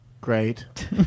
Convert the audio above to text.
great